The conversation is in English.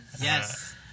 Yes